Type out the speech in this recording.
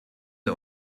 der